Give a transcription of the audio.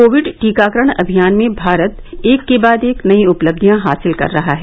Covid टीकाकरण अभियान में भारत एक के बाद एक नई उपलब्धियां हासिल कर रहा है